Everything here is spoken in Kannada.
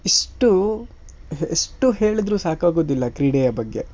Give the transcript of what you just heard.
ಇಷ್ಟು ಎಷ್ಟು ಹೇಳಿದ್ರೂ ಸಾಕಾಗೋದಿಲ್ಲ ಕ್ರೀಡೆಯ ಬಗ್ಗೆ